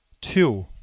two.